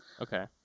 Okay